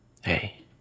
Hey